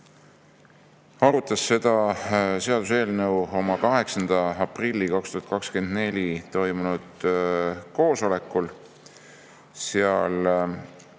arutas seda seaduseelnõu 8. aprillil 2024 toimunud koosolekul. Seal